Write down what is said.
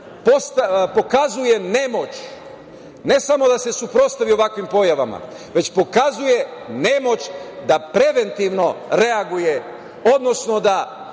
pokazuje nemoć, ne samo da se suprotstavi ovakvim pojavama, već pokazuje nemoć da preventivno reaguje, odnosno zašto